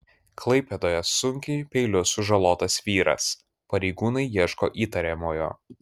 klaipėdoje sunkiai peiliu sužalotas vyras pareigūnai ieško įtariamojo